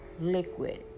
liquid